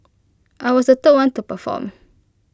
I was the third one to perform